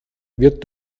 wird